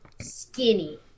skinny